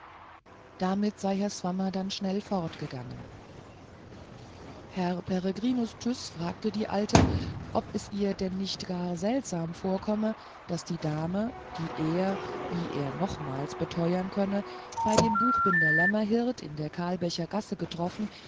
damit sei herr swammer dann schnell fortgegangen herr peregrinus tyß fragte die alte ob es ihr denn nicht gar seltsam vorkomme daß die dame die er wie er nochmals beteuern könne bei dem buchbinder lämmerhirt in der kalbächer straße getroffen